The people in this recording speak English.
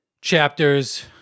Chapters